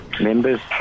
members